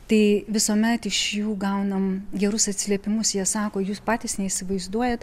tai visuomet iš jų gaunam gerus atsiliepimus jie sako jūs patys neįsivaizduojat